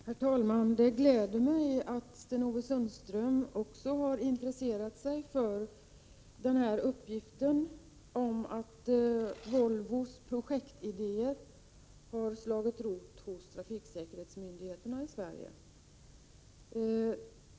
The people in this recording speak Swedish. Herr talman! Det gläder mig att också Sten-Ove Sundström har intresserat sig för uppgiften om att Volvos projektidéer har slagit rot hos trafiksäkerhetsmyndigheterna i Sverige.